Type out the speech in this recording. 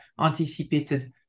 anticipated